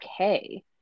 okay